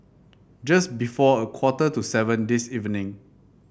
just before a quarter to seven this evening